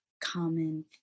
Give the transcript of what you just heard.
common